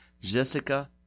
Jessica